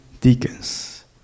deacons